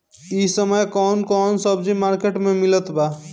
इह समय कउन कउन सब्जी मर्केट में मिलत बा?